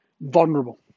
vulnerable